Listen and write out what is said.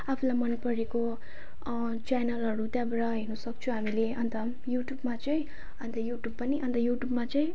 आफूलाई मनपरेको च्यानलहरू त्यहाँबाट हेर्नसक्छौँ हामीले अन्त युट्युबमा चाहिँ अन्त युट्युब पनि अन्त युट्युबमा चाहिँ